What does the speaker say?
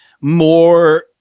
more